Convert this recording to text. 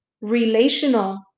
relational